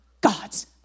God's